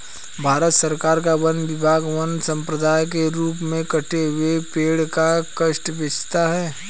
भारत सरकार का वन विभाग वन सम्पदा के रूप में कटे हुए पेड़ का काष्ठ बेचता है